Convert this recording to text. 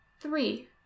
Three